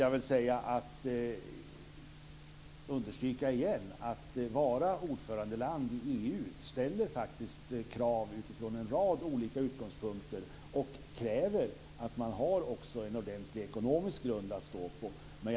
Jag vill åter understryka att det faktiskt ställer krav utifrån en rad olika utgångspunkter att vara ordförandeland i EU. Det kräver också att man har en ordentlig ekonomisk grund att stå på.